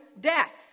death